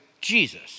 Jesus